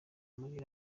muri